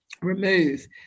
remove